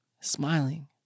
smiling